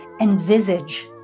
envisage